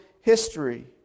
history